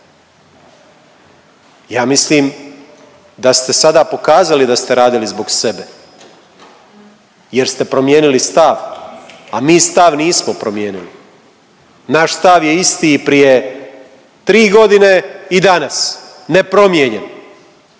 Ja mislim da ste sada pokazali da ste radili zbog sebe jer ste promijenili stav, a mi stav nismo promijenili. Naš stav je isti prije tri godine i danas, nepromijenjen,